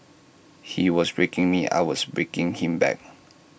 he was breaking me I was breaking him back